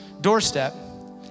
doorstep